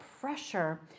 pressure